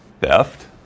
theft